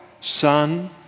Son